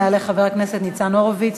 יעלה חבר הכנסת ניצן הורוביץ.